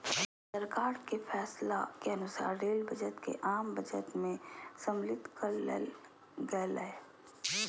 सरकार के फैसला के अनुसार रेल बजट के आम बजट में सम्मलित कर लेल गेलय